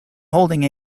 holding